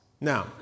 Now